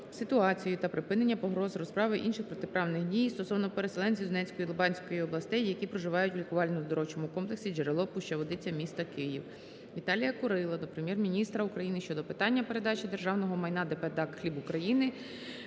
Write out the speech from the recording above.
ситуацію та припинення погроз розправи, інших протиправних дій стосовно переселенців з Донецької та Луганської областей, які проживають в лікувально-оздоровчому комплексі "Джерело" (Пуща-Водиця, місто Київ). Віталія Курила до Прем'єр-міністра України щодо питання передачі державного майна ДП ДАК "Хліб України